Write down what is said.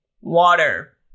water